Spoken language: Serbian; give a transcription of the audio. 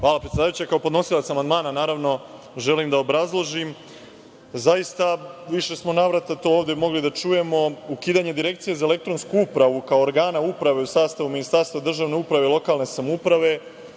Hvala predsedavajuća. Kao podnosilac amandmana, naravno, želim da obrazložim. Zaista, u više navrata smo to ovde mogli da čujemo, ukidanje Direkcije za elektronsku upravu, kao organa uprave u sastavu Ministarstva državne uprave i lokalne samouprave,